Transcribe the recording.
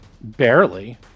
Barely